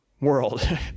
world